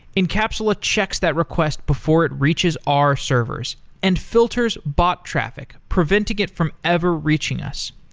encapsula checks that request before it reaches our servers and filters bot traffic preventing it from ever reaching us.